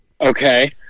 Okay